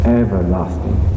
everlasting